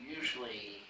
Usually